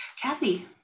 Kathy